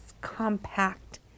compact